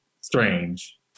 strange